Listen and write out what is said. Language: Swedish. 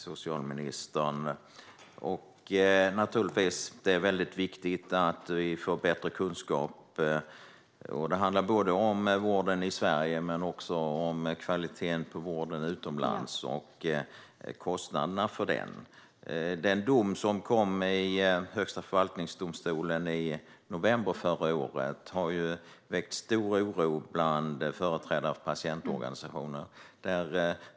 Fru talman! Det är naturligtvis väldigt viktigt att vi får bättre kunskap. Det handlar både om vården i Sverige och om kvaliteten på vården utomlands och kostnaden för den. Den dom som kom i Högsta förvaltningsdomstolen i november förra året har väckt stor oro bland företrädare för patientorganisationerna.